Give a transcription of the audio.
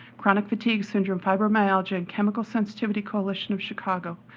chronic fatigue syndrome, fibromyalgia, and chemical sensitivity coalition of chicago,